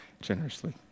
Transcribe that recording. generously